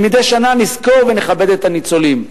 שמדי שנה נזכור את הנספים ונכבד את הניצולים.